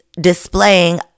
displaying